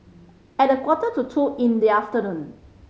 at a quarter to two in the afternoon